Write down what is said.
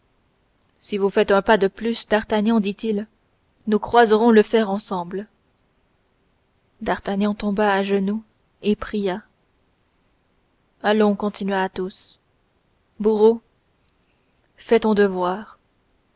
si vous faites un pas de plus d'artagnan dit-il nous croiserons le fer ensemble d'artagnan tomba à genoux et pria allons continua athos bourreau fais ton devoir